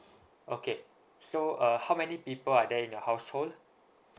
okay so uh how many people are there in your household